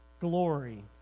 glory